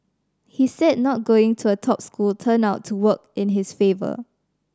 he said not going to a top school turned out to work in his favour